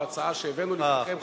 בהצעה שהבאנו לפניכם,